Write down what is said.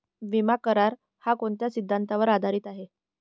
विमा करार, हा कोणत्या सिद्धांतावर आधारीत आहे?